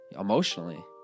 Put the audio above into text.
emotionally